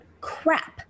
crap